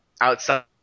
outside